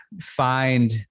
find